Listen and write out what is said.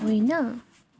होइन